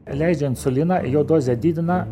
leidžia insuliną jo dozę didina